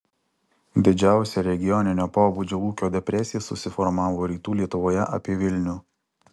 didžiausia regioninio pobūdžio ūkio depresija susiformavo rytų lietuvoje apie vilnių